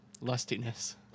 Lustiness